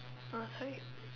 I saw it